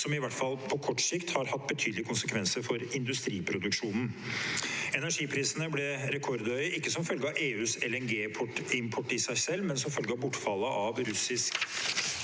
som i hvert fall på kort sikt har hatt betydelige konsekvenser for industriproduksjonen. Energiprisene ble rekordhøye – ikke som følge av EUs LNG-import i seg selv, men som følge av bortfallet av russisk